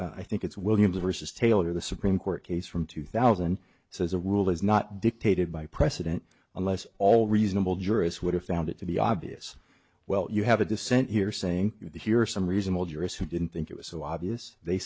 under i think it's williams versus taylor the supreme court case from two thousand so as a rule is not dictated by precedent unless all reasonable jurists would have found it to be obvious well you have a dissent here saying here are some reasonable jurors who didn't think it was so obvious they